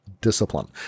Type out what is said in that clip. discipline